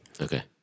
Okay